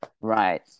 right